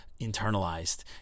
internalized